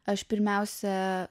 aš pirmiausia